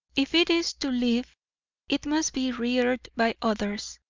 if it is to live it must be reared by others.